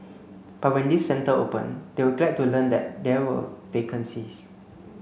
but when this centre opened they were glad to learn that there were vacancies